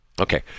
Okay